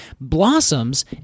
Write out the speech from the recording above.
blossoms